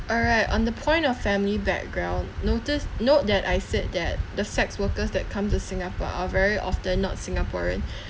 alright on the point of family background notice note that I said that the sex workers that come to singapore are very often not singaporean